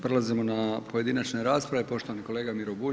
Prelazimo na pojedinačne rasprave, poštovani kolega Miro Bulj.